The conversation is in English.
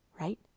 right